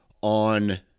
on